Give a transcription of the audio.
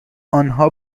آنها